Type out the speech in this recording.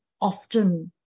often